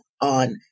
on